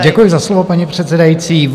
Děkuji za slovo, paní předsedající.